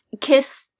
kiss